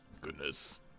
Goodness